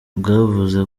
bwavuze